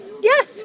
Yes